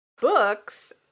books